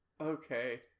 Okay